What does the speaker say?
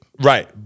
Right